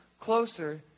closer